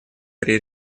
при